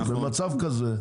במצב כזה,